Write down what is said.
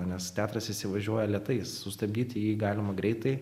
nes teatras įsivažiuoja lėtai sustabdyti jį galima greitai